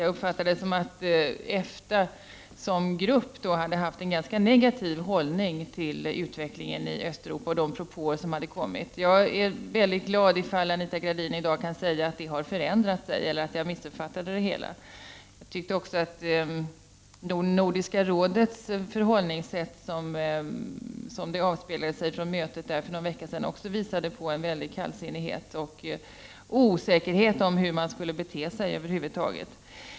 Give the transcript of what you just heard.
Jag uppfattade det som att EFTA som grupp hade haft en ganska negativ hållning till utvecklingen i Östeuropa och till de propåer som hade kommit därifrån. Jag blir mycket glad om Anita Gradin i dag kan säga att detta har förändrat sig eller att jag då missuppfattade det hela. Nordiska rådets förhållningssätt, som det avspeglade sig i mötet för någon vecka sedan, visade också enligt min uppfattning på en väldig kallsinnighet och osäkerhet i fråga om hur man skulle bete sig över huvud taget.